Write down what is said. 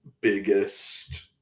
biggest